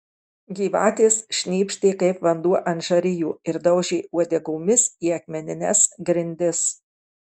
gyvatės šnypštė kaip vanduo ant žarijų ir daužė uodegomis į akmenines grindis